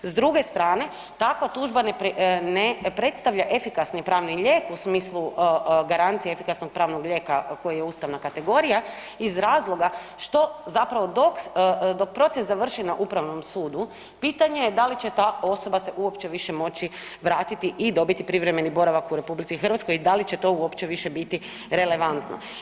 S druge strane takva tužba ne predstavlja efikasni pravni lijek u smislu garancije efikasnog pravnog lijeka koji je ustavna kategorija iz razloga što zapravo dok, dok proces završi na Upravnom sudu pitanje je da li će ta osoba se uopće više moći vratiti i dobiti privremeni boravak u RH i da li će to uopće više biti relevantno.